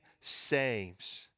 saves